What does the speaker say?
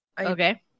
Okay